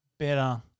Better